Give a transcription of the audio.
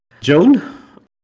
Joan